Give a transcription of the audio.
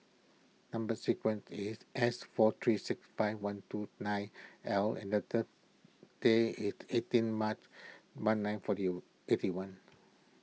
Number Sequence is S four three six five one two nine L and day is eighteen March one nine forty eighty one